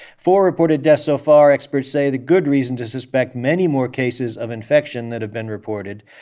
four reported deaths so far, experts say the good reason to suspect many more cases of infection that have been reported.